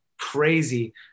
crazy